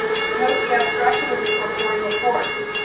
note the abstraction of the corporeal forms.